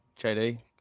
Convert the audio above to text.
JD